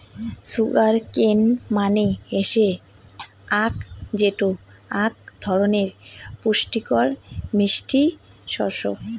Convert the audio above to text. sugar cane মানে হসে আখ যেটো আক ধরণের পুষ্টিকর মিষ্টি শস্য